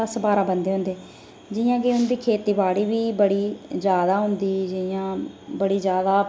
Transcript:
दस्स बारां बंदे होंदे जियां कि उंदी खेती बाड़ी बी बड़ी ज्यादा हुंदी जियां बड़ी ज्यादा